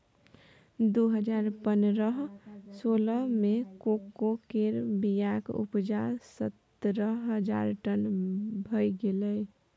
दु हजार पनरह सोलह मे कोको केर बीयाक उपजा सतरह हजार टन भए गेलै